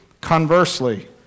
Conversely